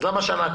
למה שנה?